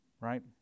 right